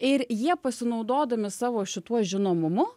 ir jie pasinaudodami savo šituo žinomumu